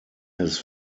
his